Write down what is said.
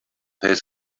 has